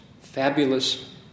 fabulous